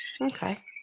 Okay